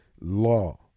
law